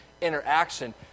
interaction